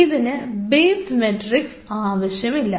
ഇതിനു base matrix ആവശ്യമില്ല